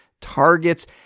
targets